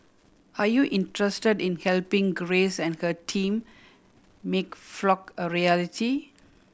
are you interested in helping Grace and her team make Flock a reality